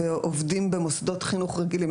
ועובדים במוסדות חינוך רגילים,